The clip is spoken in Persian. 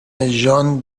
ژان